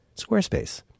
Squarespace